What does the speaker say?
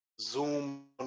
Zoom